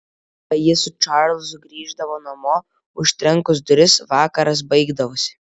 kai ji su čarlzu grįždavo namo užtrenkus duris vakaras baigdavosi